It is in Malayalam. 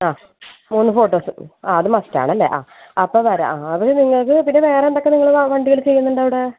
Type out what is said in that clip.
ആ മൂന്ന് ഫോട്ടോസും ആ അത് മസ്റ്റാണല്ലേ ആ അപ്പം വരാം ആ അത് നിങ്ങൾക്ക് പിന്നെ വേറെന്തൊക്കെ നിങ്ങൾ വണ്ടികൾ ചെയ്യുന്നുണ്ട് അവിടെ